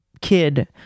kid